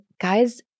guys